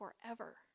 forever